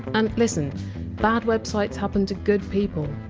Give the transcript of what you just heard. and listen bad websites happen to good people.